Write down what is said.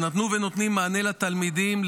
שנתנו ונותנים מענה לתלמידים,